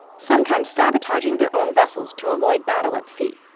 sometimes sabotaging their own vessels to avoid battle at sea.